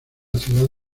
ciudad